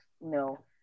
no